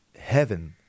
heaven